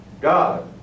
God